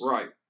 Right